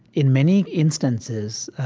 in many instances,